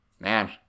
man